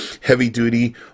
heavy-duty